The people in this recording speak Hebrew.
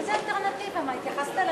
ואחריו, חבר הכנסת דניאל